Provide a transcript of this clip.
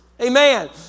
Amen